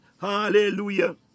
Hallelujah